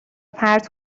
پرت